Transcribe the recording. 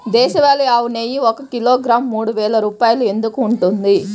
దేశవాళీ ఆవు నెయ్యి ఒక కిలోగ్రాము మూడు వేలు రూపాయలు ఎందుకు ఉంటుంది?